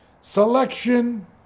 Selection